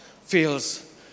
feels